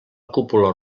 cúpula